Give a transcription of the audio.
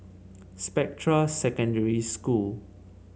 Spectra Secondary School